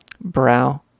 brow